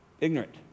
Ignorant